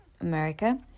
America